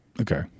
Okay